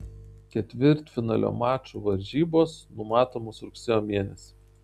ketvirtfinalio mačų varžybos numatomos rugsėjo mėnesį